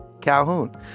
Calhoun